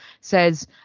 says